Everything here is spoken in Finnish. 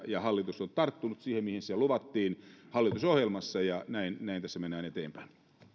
ja hallitus on tarttunut siihen mihin hallitusohjelmassa luvattiin ja näin tässä mennään eteenpäin